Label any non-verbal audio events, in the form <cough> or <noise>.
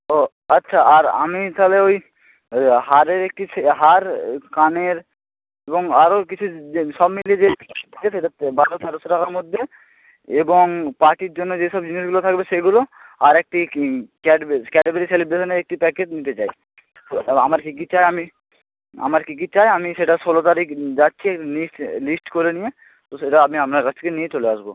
ও আচ্ছা আর আমি তাহলে ওই হারের একটি সে হার কানের এবং আরও কিছু যে সব মিলিয়ে যে <unintelligible> বারো তেরোশো টাকার মধ্যে এবং পার্টির জন্য যে সব জিনিসগুলো থাকবে সেগুলো আর একটি ক্যাডবেরি ক্যাডবেরি সেলিব্রেশানের একটি প্যাকেট নিতে চাই <unintelligible> তাহলে আমার কী কী চাই আমি আমার কী কী চাই আমি সেটা ষোলো তারিখ যাচ্ছি লিস্ট লিস্ট করে নিয়ে তো সেটা আমি আপনার কাছ থেকে নিয়ে চলে আসবো